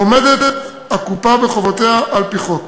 עומדת הקופה בחובותיה על-פי חוק.